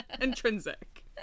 Intrinsic